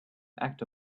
act